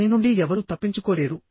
దాని నుండి ఎవరూ తప్పించుకోలేరు